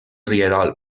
rierol